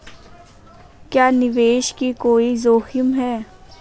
क्या निवेश में कोई जोखिम है?